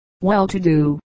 well-to-do